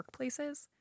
workplaces